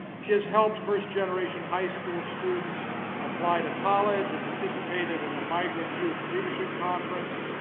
she has helped first generation high school students apply to college and participated in the migrant youth leadership conference.